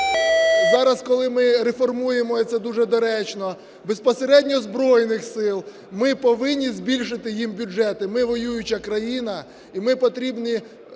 зараз, коли ми реформуємо, і це дуже доречно, безпосередньо Збройних Сил. Ми повинні збільшити їм бюджети. Ми воююча країна, і потрібно